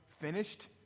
finished